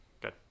Good